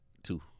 Two